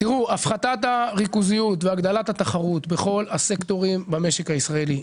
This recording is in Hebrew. לגבי הפחתת הריכוזיות והגדלת התחרות בכל הסקטורים במשק הישראלי,